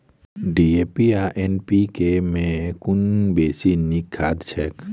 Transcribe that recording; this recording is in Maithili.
डी.ए.पी आ एन.पी.के मे कुन बेसी नीक खाद छैक?